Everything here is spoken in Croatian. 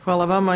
Hvala vama.